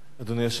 אדוני היושב-ראש,